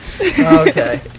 Okay